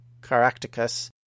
Caractacus